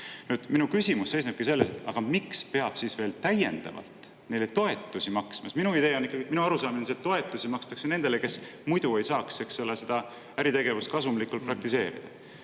Minu küsimus seisnebki selles, et aga miks peab veel täiendavalt neile toetusi maksma? Minu idee on, minu arusaam on see, et toetusi makstakse nendele, kes muidu ei saaks äritegevust kasumlikult praktiseerida.